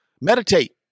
Meditate